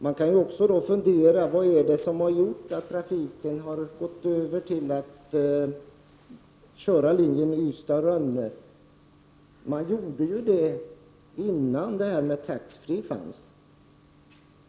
Man kan också fundera över vad det är som har gjort att trafiken har överförts till linjen Ystad-Rönne. Denna överföring skedde innan taxfree-försäljningen fanns.